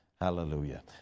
Hallelujah